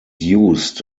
used